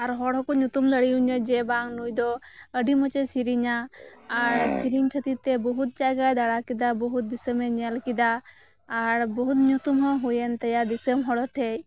ᱟᱨ ᱦᱚᱲ ᱦᱚᱸᱠᱚ ᱧᱩᱛᱩᱢ ᱫᱟᱲᱮᱣᱧᱟᱹ ᱡᱮ ᱵᱟᱝ ᱱᱩᱭ ᱫᱚ ᱟᱰᱤ ᱢᱚᱸᱡᱽ ᱮ ᱥᱮᱨᱮᱧᱟ ᱟᱨ ᱥᱮᱨᱮᱧ ᱠᱷᱟᱛᱤᱨ ᱛᱮ ᱵᱚᱦᱩᱛ ᱡᱟᱭᱜᱟᱭ ᱫᱟᱢᱟ ᱠᱮᱫᱟ ᱵᱚᱦᱩᱛ ᱫᱤᱥᱚᱢᱮ ᱧᱮᱞ ᱠᱮᱫᱟ ᱟᱨ ᱵᱚᱦᱩᱛ ᱧᱩᱛᱩᱢ ᱦᱚᱸ ᱦᱩᱭ ᱮᱱ ᱛᱟᱭᱟ ᱫᱤᱥᱚᱢ ᱦᱚᱲ ᱴᱷᱮᱡ